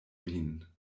vin